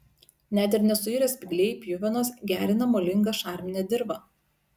net ir nesuirę spygliai pjuvenos gerina molingą šarminę dirvą